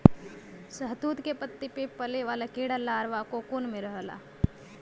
शहतूत के पत्ती पे पले वाला कीड़ा लार्वा कोकून में रहला